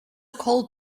cold